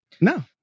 No